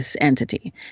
entity